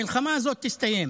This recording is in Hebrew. המלחמה הזאת תסתיים,